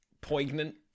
poignant